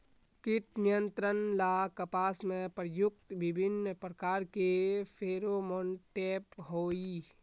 कीट नियंत्रण ला कपास में प्रयुक्त विभिन्न प्रकार के फेरोमोनटैप होई?